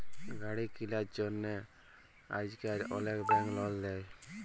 গাড়ি কিলার জ্যনহে আইজকাল অলেক ব্যাংক লল দেই